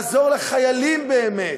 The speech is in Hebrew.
לעזור לחיילים באמת.